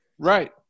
Right